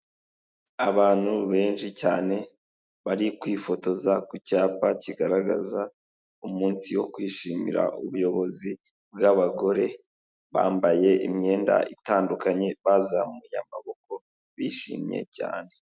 Abantu benshi cyane bari kwifotoza ku cyapa kigaragaza umunsi wo kwishimira ubuyobozi bw'abagore, bambaye imyenda itandukanye, bazamuye amaboko bishimye cyane.